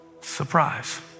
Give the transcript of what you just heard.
Surprise